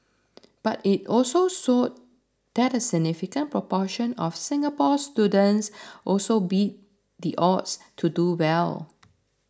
but it also showed that a significant proportion of Singapore students also beat the odds to do well